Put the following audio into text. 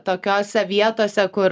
tokiose vietose kur